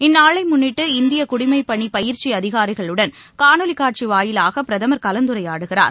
இந்நாளைமுன்னிட்டு இந்திய குடிமைப்பணிபயிற்சிஅதிகாரிகளுடன் காணொலிகாட்சிவாயிலாகபிரதமர் கலந்துரையாடுகிறார்